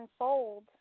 unfold